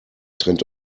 trennt